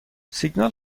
سیگنال